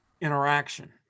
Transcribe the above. interaction